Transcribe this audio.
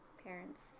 parents